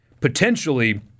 potentially